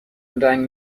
رنگ